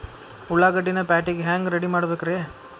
ಉಳ್ಳಾಗಡ್ಡಿನ ಪ್ಯಾಟಿಗೆ ಹ್ಯಾಂಗ ರೆಡಿಮಾಡಬೇಕ್ರೇ?